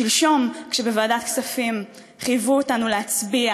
שלשום, כשבוועדת הכספים חייבו אותנו להצביע